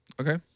Okay